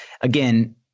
again